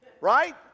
Right